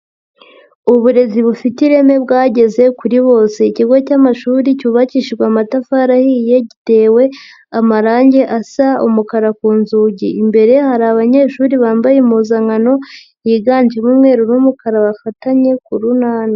Uburezi bufite ireme bwageze kuri bose. Ikigo cy'amashuri cyubakishijwe amatafari ahiye gitewe amarangi asa umukara ku nzugi. Imbere hari abanyeshuri bambaye impuzankano yiganjemo umweru n'umukara bafatanye ku runana.